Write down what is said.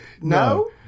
no